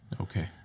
okay